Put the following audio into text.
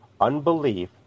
Unbelief